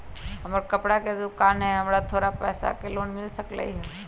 हमर कपड़ा के दुकान है हमरा थोड़ा पैसा के लोन मिल सकलई ह?